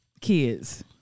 Kids